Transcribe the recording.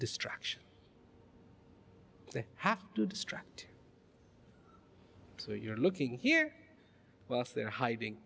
destruction they have to distract so you're looking here whilst they're hiding